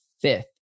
fifth